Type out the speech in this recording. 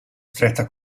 stretta